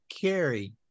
Carrie